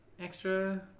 extra